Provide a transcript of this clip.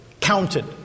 counted